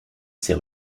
ces